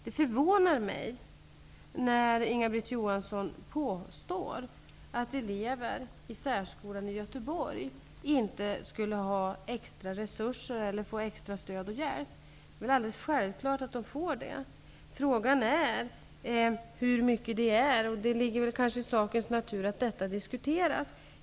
Det förvånar mig, när Inga-Britt Johansson påstår att elever i särskolan i Göteborg inte skulle få extra stöd och hjälp. Det är alldeles självklart att de får det. Frågan är hur mycket det är, och det ligger kanske i sakens natur att detta diskuteras.